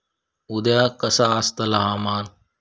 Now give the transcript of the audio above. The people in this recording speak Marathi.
उद्या कसा आसतला हवामान?